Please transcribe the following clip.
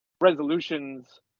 resolutions